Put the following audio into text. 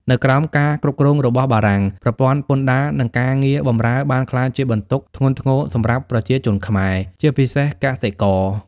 នៅក្រោមការគ្រប់គ្រងរបស់បារាំង ប្រព័ន្ធពន្ធដារ និងការងារបម្រើបានក្លាយជាបន្ទុកធ្ងន់ធ្ងរសម្រាប់ប្រជាជនខ្មែរ ជាពិសេសកសិករ។